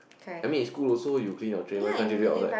I mean in school also you clean your tray why can't you do it outside